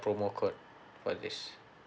promo code for this